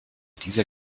dieser